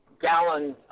gallons